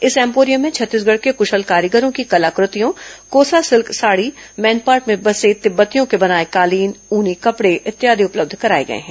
इस एम्पोरियम में छत्तीसगढ़ के कुशल कारीगरों की कला कृतियों कोसा सिल्क साड़ी मैनपाट में बसे तिब्बतियों के बनाए कालीन ऊनी कपड़े इत्यादि उपलब्ध कराए गए हैं